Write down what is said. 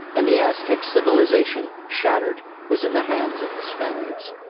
and the aztec civilization, shattered, was in the hands of the spaniards.